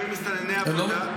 אם הם מסתנני עבודה,